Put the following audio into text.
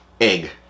egg